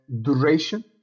duration